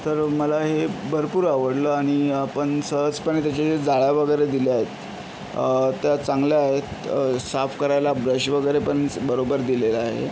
तर मला हे भरपूर आवडलं आणि पण सहजपणे त्याचे जे जाळ्या वगैरे दिल्यात त्या चांगल्या आहेत साफ करायला ब्रश वगैरे पण च् बरोबर दिलेला आहे